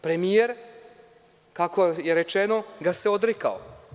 Premijer, kako je rečeno, ga se odrekao.